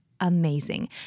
amazing